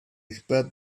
spread